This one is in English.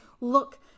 Look